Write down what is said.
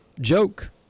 joke